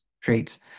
traits